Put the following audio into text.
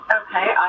okay